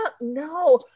no